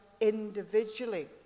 individually